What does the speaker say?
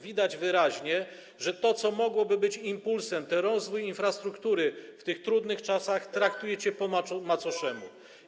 Widać wyraźnie, że to, co mogłoby być impulsem, rozwój infrastruktury, w tych trudnych czasach, traktujecie po macoszemu.